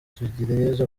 tugireyezu